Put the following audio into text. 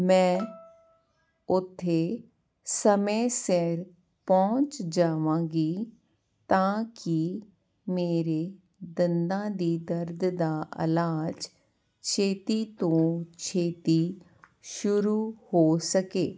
ਮੈਂ ਉੱਥੇ ਸਮੇਂ ਸਿਰ ਪਹੁੰਚ ਜਾਵਾਂਗੀ ਤਾਂ ਕਿ ਮੇਰੇ ਦੰਦਾਂ ਦੀ ਦਰਦ ਦਾ ਇਲਾਜ ਛੇਤੀ ਤੋਂ ਛੇਤੀ ਸ਼ੁਰੂ ਹੋ ਸਕੇ